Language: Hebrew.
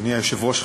אדוני היושב-ראש,